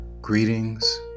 greetings